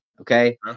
Okay